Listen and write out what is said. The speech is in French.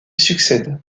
succèdent